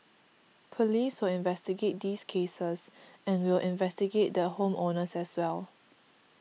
police will investigate these cases and we'll investigate the home owners as well